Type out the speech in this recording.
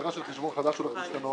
הגדרה של החשבון החדש שהולכת להשתנות